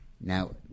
Now